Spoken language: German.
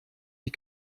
die